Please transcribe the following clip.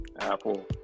Apple